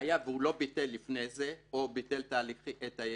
היה שהוא לא ביטל לפני זה, או ביטל את העיקולים